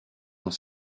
dans